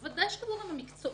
בוודאי שהגורם המקצועי.